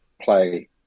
play